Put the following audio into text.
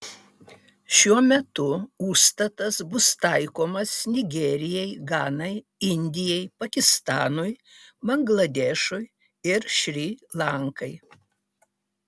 šiuo metu užstatas bus taikomas nigerijai ganai indijai pakistanui bangladešui ir šri lankai